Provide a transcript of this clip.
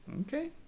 okay